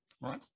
right